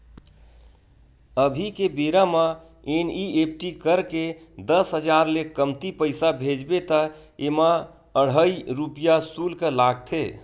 अभी के बेरा म एन.इ.एफ.टी करके दस हजार ले कमती पइसा भेजबे त एमा अढ़हइ रूपिया सुल्क लागथे